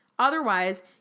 Otherwise